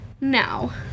Now